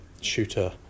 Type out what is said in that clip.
shooter